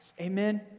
Amen